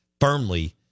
firmly